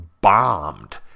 bombed